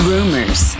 Rumors